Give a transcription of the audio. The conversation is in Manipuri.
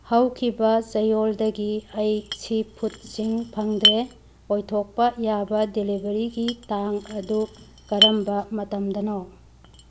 ꯍꯧꯈꯤꯕ ꯆꯌꯣꯜꯗꯒꯤ ꯑꯩ ꯁꯤꯐꯨꯗꯁꯤꯡ ꯐꯪꯗ꯭ꯔꯦ ꯑꯣꯏꯊꯣꯛꯄ ꯌꯥꯕ ꯗꯦꯂꯤꯚꯔꯤꯒꯤ ꯇꯥꯡ ꯑꯗꯨ ꯀꯔꯝꯕ ꯃꯇꯝꯗꯅꯣ